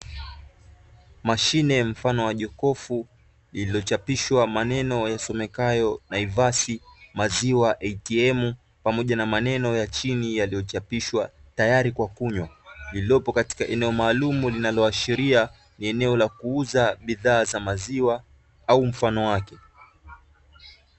Mashine mfano wa jokofu iliyochapishwa maneno yasomekayo "DIVAS MILK ATM", tayari na maneno ya chini yaliyochapishwa tayari kwa kunywa, lililopo katika eneo maalumu linaloashiria ni eneo la kuuza bidhaa za maziwa au mfano wake.